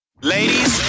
Ladies